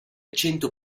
cento